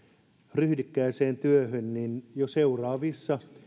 ryhdikkääseen työhön niin jo seuraavissa